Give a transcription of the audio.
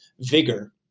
vigor